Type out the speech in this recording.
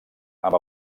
amb